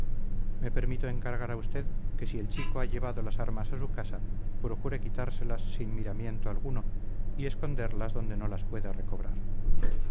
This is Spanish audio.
me permito encargar a usted que si el chico ha llevado las armas a su casa procure quitárselas sin miramiento alguno y esconderlas donde no las pueda recobrar